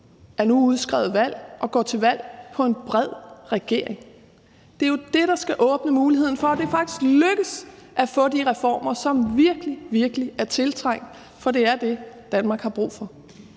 har nu udskrevet valg og går til valg på en bred regering. Det er jo det, der skal åbne muligheden for, at det faktisk lykkes at få de reformer, som virkelig, virkelig er tiltrængt. For det er det, Danmark har brug for.